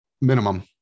Minimum